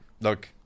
look